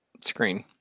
screen